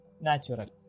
Natural